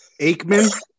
Aikman